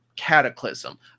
cataclysm